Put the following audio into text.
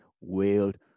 wailed